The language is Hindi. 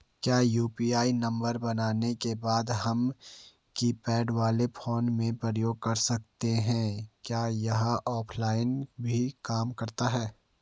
क्या यु.पी.आई नम्बर बनाने के बाद हम कीपैड वाले फोन में प्रयोग कर सकते हैं क्या यह ऑफ़लाइन भी काम करता है?